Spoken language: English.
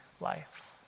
Life